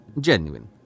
genuine